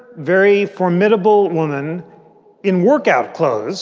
very formidable woman in workout clothes